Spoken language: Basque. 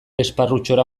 esparrutxora